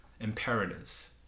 imperatives